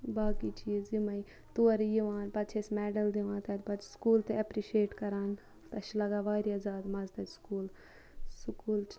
باقٕے چیٖز یِمے تورٕ یِوان پَتہٕ چھِ اَسہِ میٚڈَل دِوان تَتہٕ پَتہٕ چھِ سکوٗل تہٕ اٮ۪پرٕشِییٹ کَران تہٕ اَسہِ چھُ لَگان واریاہ زیادٕ مَزٕ تَتہِ سکوٗل سکوٗل چھُ